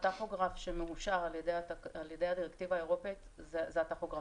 הטכוגרף שמאושר על ידי הדירקטיבה האירופית זה הטכוגרף הזה.